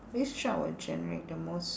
which job would generate the most